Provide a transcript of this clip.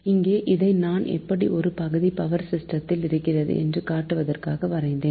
இங்கே இதை நான் இப்படி ஒரு பகுதி பவர் சிஸ்டத்தில் இருக்கிறது என காட்டுவதற்காக வரைந்தேன்